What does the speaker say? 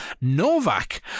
Novak